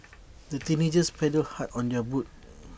the teenagers paddled hard on their boat